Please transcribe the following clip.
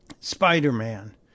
Spider-Man